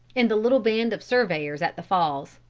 in the little band of surveyors at the falls.